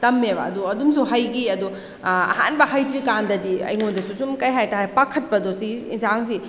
ꯇꯝꯃꯦꯕ ꯑꯗꯣ ꯑꯗꯨꯝꯁꯨ ꯍꯩꯈꯤ ꯑꯗꯣ ꯑꯍꯥꯟꯕ ꯍꯩꯇ꯭ꯔꯤꯀꯥꯟꯗꯗꯤ ꯑꯩꯉꯣꯟꯗꯁꯨ ꯁꯨꯝ ꯀꯩ ꯍꯥꯏꯇꯥꯔꯦ ꯄꯥꯈꯠꯄꯗꯣ ꯁꯤꯒꯤ ꯌꯦꯟꯁꯥꯡꯁꯤ